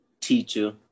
teacher